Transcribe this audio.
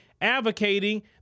advocating